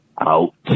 out